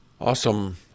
Awesome